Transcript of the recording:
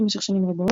במשך שנים רבות.